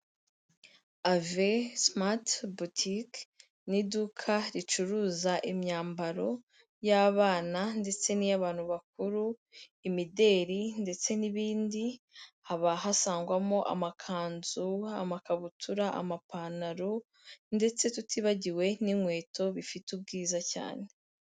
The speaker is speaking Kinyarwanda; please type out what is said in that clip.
Ave simati botike ni iduka ricuruza imyambaro y'abana ndetse n'iy'abantu bakuru, imideri ndetse n'ibindi, haba hasangwamo amakanzu, amakabutura, amapantalo ndetse tutibagiwe n'inkweto bifite ubwiza cyane.